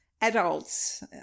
adults